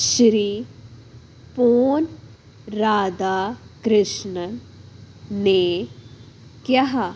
ਸ਼੍ਰੀ ਪੋਨ ਰਾਧਾਕ੍ਰਿਸ਼ਨਨ ਨੇ ਕਿਹਾ